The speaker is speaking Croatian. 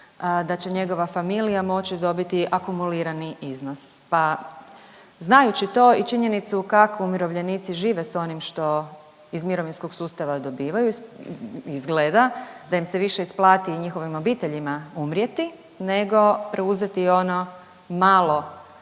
da će njegova familija moći dobiti akumulirani iznos, pa znajući to i činjenicu kako umirovljenici živi s onim što iz mirovinskog sustava dobivaju, izgleda da im se više isplati, i njihovim obiteljima umrijeti nego preuzeti ono malo